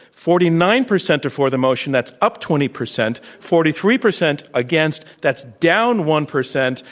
forty nine percent are for the motion, that's up twenty percent, forty three percent against, that's down one percent,